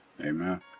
Amen